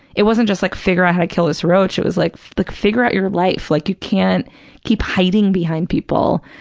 it wasn't just like figure out how to kill this roach. it was like, like figure out your life, like you can't keep hiding behind people.